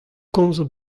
komzet